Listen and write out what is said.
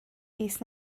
fis